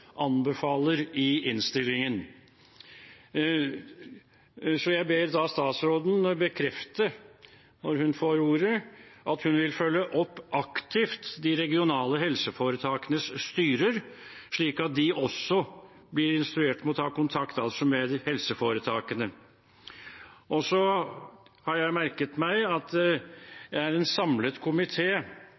anbefaler i innstillingen. Jeg ber statsråden bekrefte, når hun får ordet, at hun aktivt vil følge opp de regionale helseforetakenes styrer, slik at de også blir instruert om å ta kontakt, altså med helseforetakene. Så har jeg merket meg at det er en samlet